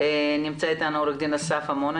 נמצא איתנו עו"ד אסף אמון,